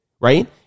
right